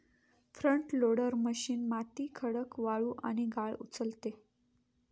front loader machine माती, खडक, वाळू आणि गाळ उचलते